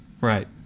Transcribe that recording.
right